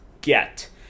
get